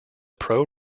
pro